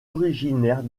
originaire